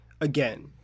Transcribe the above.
again